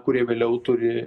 kurie vėliau turi